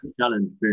Challenge